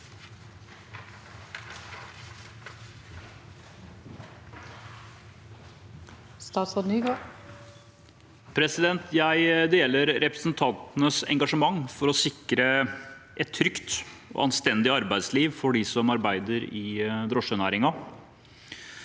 Jeg deler re- presentantenes engasjement for å sikre et trygt og anstendig arbeidsliv for dem som arbeider i drosjenæringen.